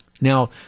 Now